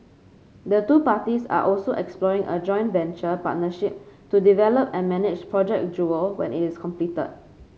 the two parties are also exploring a joint venture partnership to develop and manage Project Jewel when it is completed